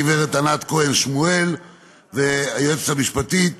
הגברת ענת כהן שמואל וליועצת המשפטית